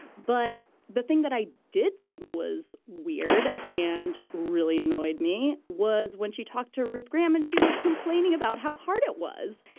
but the thing that i did think was weird and really annoyed me was when she talked to ruth graham and she was complaining about how hard it was.